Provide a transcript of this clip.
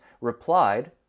replied